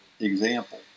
example